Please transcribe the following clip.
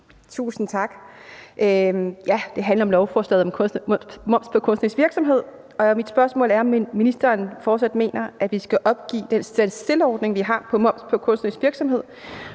Tusind tak. Ja, det handler om lovforslaget om moms på kunstnerisk virksomhed. Mit spørgsmål er: Mener ministeren fortsat, at vi skal opgive den stand still-ordning, vi har på moms på kunstnerisk virksomhed,